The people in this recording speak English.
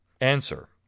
answer